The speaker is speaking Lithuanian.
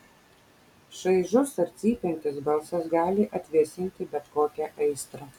šaižus ar cypiantis balsas gali atvėsinti bet kokią aistrą